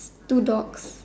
two dogs